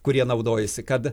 kurie naudojasi kad